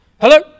Hello